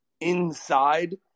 inside